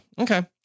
Okay